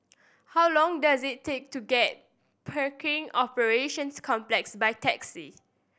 how long does it take to get Pickering Operations Complex by taxi